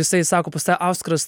jisai sako pas tave auskaras